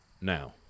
now